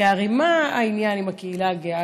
כי הרי מה העניין עם הקהילה הגאה?